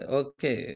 okay